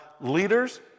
leaders